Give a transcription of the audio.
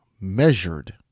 measured